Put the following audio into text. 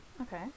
Okay